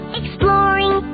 exploring